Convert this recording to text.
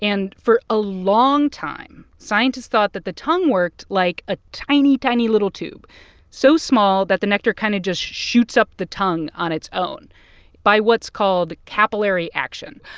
and for a long time, scientists thought that the tongue worked like a tiny, tiny little tube so small that the nectar kind of just shoots up the tongue on its own by what's called capillary action.